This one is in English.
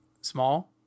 small